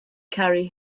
carry